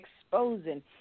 exposing